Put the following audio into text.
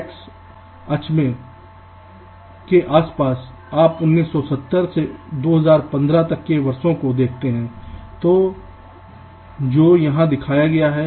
x अक्ष के आसपास आप 1970 से 2015 तक के वर्षों को देखते हैं जो यहां दिखाया गया है